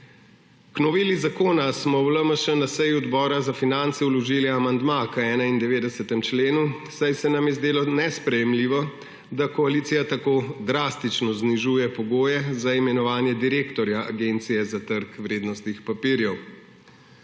K noveli zakona smo v LMŠ na seji odbora za finance vložili amandma k 91. členu, saj se nam je zdelo nesprejemljivo, da koalicija tako drastično znižuje pogoje za imenovanje direktorja Agencije za trg vrednostnih papirjev.